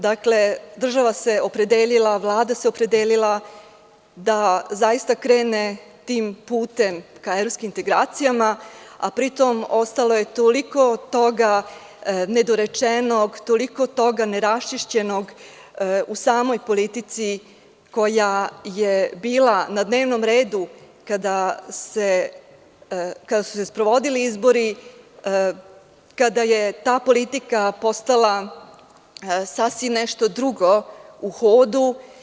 Država se opredelila, Vlada se opredelila da zaista krene tim putem ka evropskim integracijama, a pri tome ostalo je toliko toga nedorečenog, toliko toga neraščišćenog u samoj politici koja je bila na dnevnom redu kada su se sprovodili izbori, kada je ta politika postala sasvim nešto drugo u hodu.